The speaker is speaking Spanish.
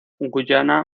guyana